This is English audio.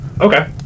Okay